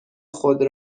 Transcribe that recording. خود